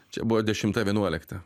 čia buvo dešimta vienuolikta